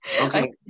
Okay